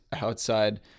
outside